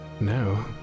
No